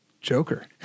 Joker